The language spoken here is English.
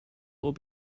will